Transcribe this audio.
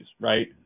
right